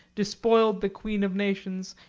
despoiled the queen of nations,